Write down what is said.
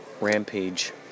Rampage